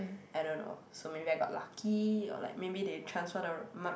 I don't know so maybe I got lucky or like maybe they transfer the mark